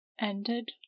Ended